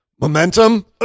momentum